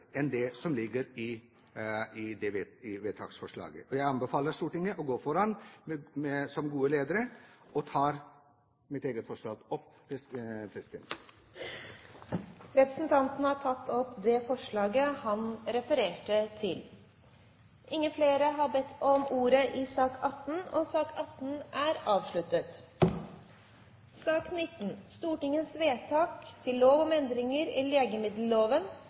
enn det som ligger i forslaget til vedtak. Jeg anbefaler Stortinget å gå foran som gode ledere, og tar opp mitt eget forslag. Representanten Akhtar Chaudhry har tatt opp det forslaget han refererte til. Flere har ikke bedt om ordet til sak nr. 18. Ingen har bedt om ordet. Ingen har bedt om